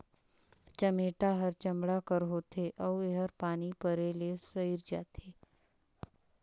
चमेटा हर चमड़ा कर होथे अउ एहर पानी परे ले सइर जाथे